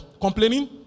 complaining